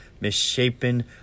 misshapen